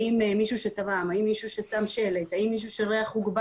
האם מישהו שתרם, האם מישהו ששם שלט, האם